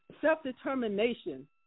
self-determination